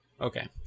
Okay